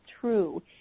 true